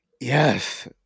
Yes